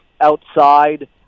outside